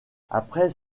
après